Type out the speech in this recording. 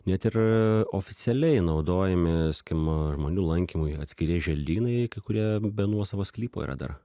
net ir oficialiai naudojami skim žmonių lankymui atskirieji želdynai kai kurie be nuosavo sklypo yra dar